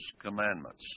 commandments